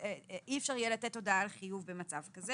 ואי אפשר יהיה לתת הודעה על חיוב במצב כזה